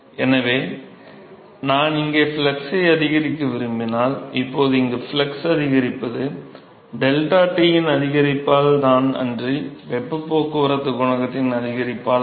எனவே நான் இங்கே ஃப்ளக்ஸை அதிகரிக்க விரும்பினால் இப்போது இங்கு ஃப்ளக்ஸ் அதிகரிப்பது 𝜟T இன் அதிகரிப்பால் தான் அன்றி வெப்பப் போக்குவரத்து குணகத்தின் அதிகரிப்பால் அல்ல